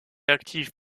actif